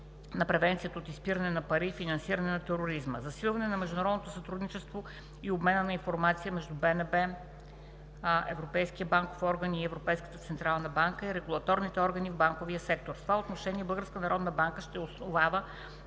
на превенцията от изпиране на пари и финансиране на тероризъм; - засилване на международното сътрудничество и обмена на информация между Българската народна банка, Европейския банков орган, Европейската централна банка и регулаторните органи в банковия сектор. В това отношение Българската